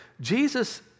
Jesus